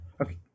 Okay